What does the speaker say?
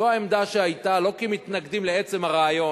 זו העמדה שהיתה, לא כי מתנגדים לעצם הרעיון.